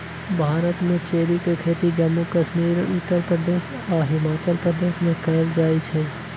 भारत में चेरी के खेती जम्मू कश्मीर उत्तर प्रदेश आ हिमाचल प्रदेश में कएल जाई छई